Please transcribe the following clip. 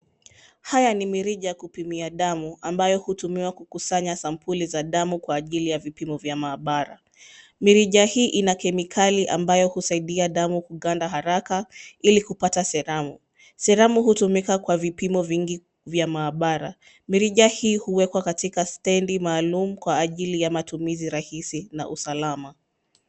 Haya ni mirija kupimia damu ambayo hutumika kukusanya sampuli za damu kwa ajili ya vipimo vya maabara ,mirija hii ina kemikali ambayo husaidia damu kuganda haraka ili kupata seramu , seramu hutumika kwa vipimo vingi vya maabara mirija hii huwekwa katika stendi maalum kwa ajili ya matumizi rahisi na usalama.